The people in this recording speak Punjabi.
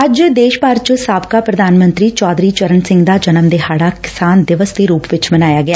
ਅੱਜ ਦੇਸ਼ ਭਰ ਚ ਸਾਬਕਾ ਪ੍ਧਾਨ ਮੰਤਰੀ ਚੌਧਰੀ ਚਰਨ ਸਿੰਘ ਦਾ ਜਨਮ ਦਿਹਾੜਾ ਕਿਸਾਨ ਦਿਵਸ ਦੇ ਰੂਪ ਚ ਮਨਾਇਆ ਗਿਆ